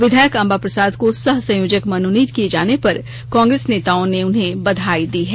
विधायक अंबा प्रसाद को सह संयोजक मनोनीत किये जाने पर कांग्रेस नेताओं ने उन्हें बधाई दी है